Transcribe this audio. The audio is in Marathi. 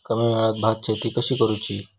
कमी वेळात भात शेती कशी करुची?